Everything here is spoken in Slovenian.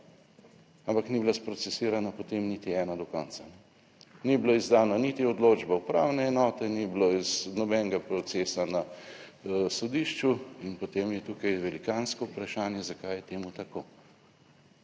ampak ni bila sprocesirana, potem niti ena do konca. Ni bila izdana niti odločba upravne enote, ni bilo nobenega procesa na sodišču in potem je tukaj velikansko vprašanje, zakaj je temu tako,